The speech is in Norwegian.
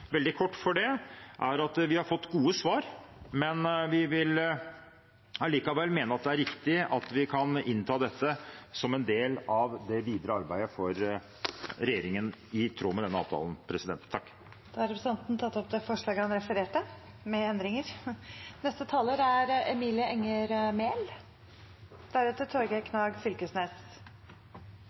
veldig kort – for det er at vi har fått gode svar, men vi vil likevel mene at det er riktig at vi kan innta dette som en del av det videre arbeidet for regjeringen i tråd med denne avtalen. Da har representanten Terje Aasland tatt opp det forslaget han refererte, med endringer.